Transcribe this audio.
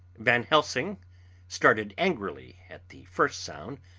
van helsing started angrily at the first sound,